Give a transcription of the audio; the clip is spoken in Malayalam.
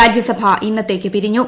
രാജ്യസഭ ഇന്നത്തേക്ക് പിരിഞ്ഞു